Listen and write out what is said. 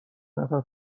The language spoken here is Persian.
نفر